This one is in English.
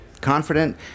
confident